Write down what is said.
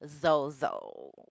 Zozo